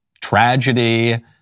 tragedy